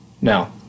Now